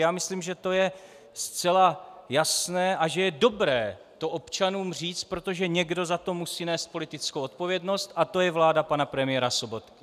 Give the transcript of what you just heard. Já myslím, že to je zcela jasné a že je dobré to občanům říci, protože někdo za to musí nést politickou odpovědnost a to je vláda pana premiéra Sobotky.